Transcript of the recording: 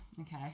okay